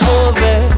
over